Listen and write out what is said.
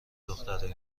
دخترای